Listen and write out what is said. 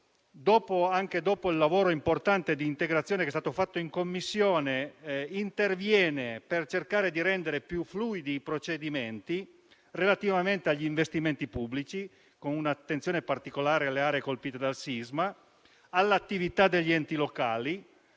anche dopo il lavoro importante di integrazione fatto in Commissione, interviene per cercare di rendere più fluidi i procedimenti relativamente agli investimenti pubblici, con un'attenzione particolare alle aree colpite dal sisma, all'attività degli enti locali,